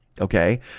okay